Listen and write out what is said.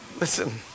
Listen